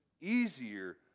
easier